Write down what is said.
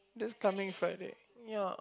this coming Friday ya